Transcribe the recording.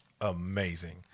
amazing